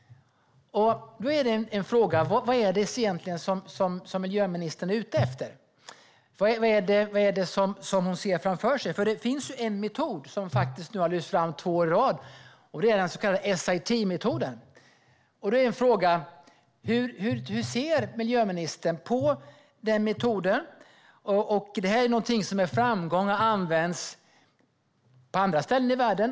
Vad är det egentligen miljöministern är ute efter? Vad är det hon ser framför sig? Det finns nämligen en metod som har lyfts fram två år i rad. Det är den så kallade SIT-metoden. Hur ser miljöministern på den metoden? Den har använts med framgång på andra ställen i världen.